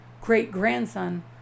great-grandson